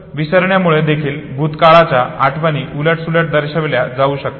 विसरण्यामुळे देखील भूतकाळाच्या आठवणी उलटसुलट दर्शविल्या जाऊ शकतात